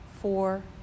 four